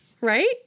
right